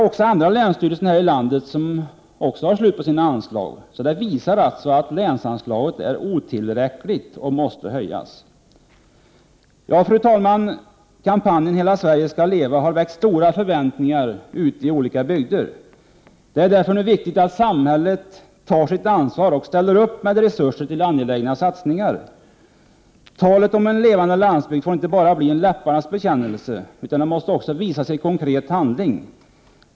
Flera andra länsstyrelser har också slut på sina anslag, och det visar att länsanslaget är otillräckligt och måste höjas. Ja, herr talman, kampanjen Hela Sverige ska leva har väckt stora förväntningar ute i olika bygder. Därför är det nu viktigt att samhället tar sitt ansvar och ställer upp med resurser till angelägna satsningar. Talet om en levande landsbygd får inte bara bli en läpparnas bekännelse utan måste också visas i konkret handling.